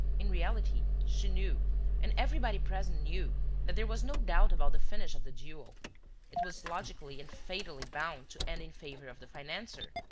in reality, she knew and everybody present knew that there was no doubt about the finish of the duel it was logically and fatally bound to end in favour of the financier,